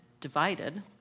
divided